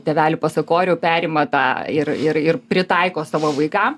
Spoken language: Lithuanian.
tėvelių pasakorių perima tą ir ir ir pritaiko savo vaikam